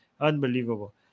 Unbelievable